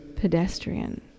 pedestrian